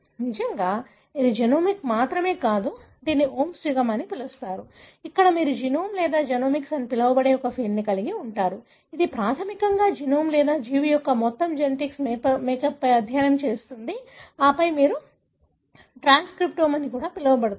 నిజానికి ఇది జెనోమిక్స్ మాత్రమే కాదు దీనిని ఓమ్స్ యుగం అని పిలుస్తారు ఇక్కడ మీరు జీనోమ్ లేదా జెనోమిక్స్ అని పిలువబడే ఒక ఫీల్డ్ని కలిగి ఉంటారు ఇది ప్రాథమికంగా జీనోమ్ లేదా జీవి యొక్క మొత్తం జెనెటిక్ మేకప్పై అధ్యయనం చేస్తుంది ఆపై మీకు ట్రాన్స్క్రిప్టోమ్ అని కూడా పిలువబడుతుంది